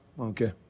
Okay